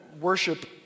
worship